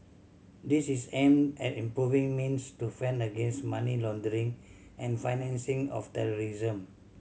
this is aimed at improving means to fend against money laundering and the financing of terrorism